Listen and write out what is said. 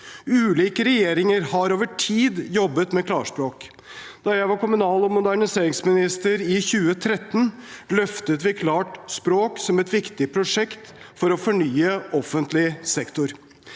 Ulike regjeringer har over tid jobbet med klarspråk. Da jeg var Kommunal- og moderniseringsminister i 2013, løftet vi «klart språk» som et viktig prosjekt for å fornye og forenkle offentlig sektor.